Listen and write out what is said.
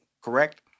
correct